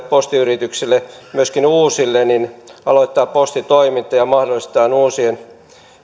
postiyrityksille myöskin uusille edellytykset aloittaa postitoiminta ja mahdollistetaan uusien